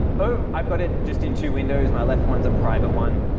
oh, i've got it just in two windows. my left one's a private one.